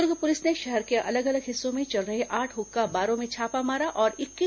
दुर्ग police ने शहर के अलग अलग हिस्सों में चल रहे आठ हुक्का बारों में छापा मारा और इक्कीस